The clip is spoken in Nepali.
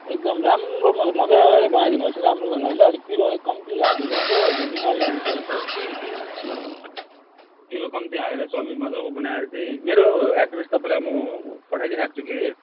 एकदम राम्रो मजा मजाले बनाइदिनु होस् है राम्रोसँगले ल अलिक पिरो अलिक कम्ती हालिदिनु होस् हो अनि बिमारी मान्छे हो नि त कि पिरो कम्ती हालेर चाउमिन मजाको बनाएर चाहिँ मेरो एड्रेस तपाईँलाई म पठाइदिइराख्छु कि